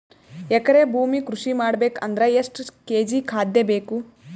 ಎಕರೆ ಭೂಮಿ ಕೃಷಿ ಮಾಡಬೇಕು ಅಂದ್ರ ಎಷ್ಟ ಕೇಜಿ ಖಾದ್ಯ ಬೇಕು?